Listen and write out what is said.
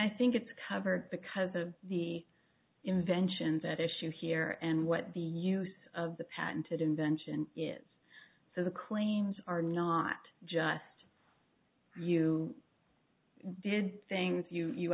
i think it's covered because of the inventions at issue here and what the use of the patented invention is so the claims are not just you did things you you